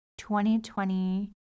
2020